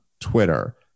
Twitter